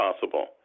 possible